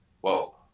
whoa